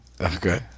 Okay